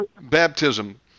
baptism